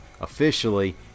officially